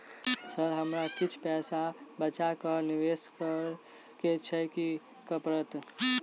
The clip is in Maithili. सर हमरा किछ पैसा बचा कऽ निवेश करऽ केँ छैय की करऽ परतै?